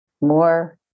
more